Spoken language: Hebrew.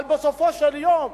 אבל בסופו של יום,